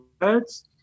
words